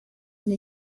une